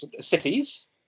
cities